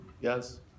Yes